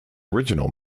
original